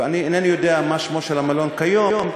ואני אינני יודע מה שמו של המלון כיום,